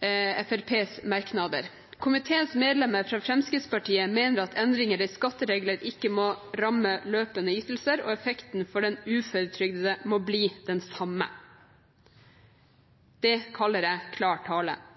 Fremskrittspartiets merknader: «Komiteens medlemmer fra Fremskrittspartiet mener at endringer i skatteregler ikke må ramme løpende ytelser og effekten for den uføretrygdede må bli den samme.» Det kaller jeg